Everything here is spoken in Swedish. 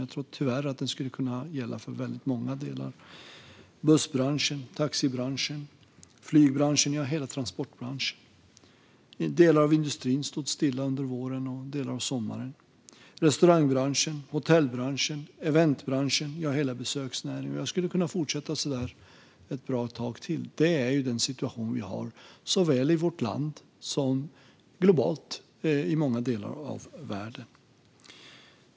Jag tror tyvärr att beskrivningen skulle kunna gälla många branscher: buss, taxi och flygbranschen, ja, hela transportbranschen. Delar av industrin stod stilla under våren och delar av sommaren. Restaurang-, hotell och eventbranschen, ja, hela besöksnäringen - jag skulle kunna fortsätta ett bra tag till. Detta är den situation vi har, såväl i vårt land som i många andra delar av världen.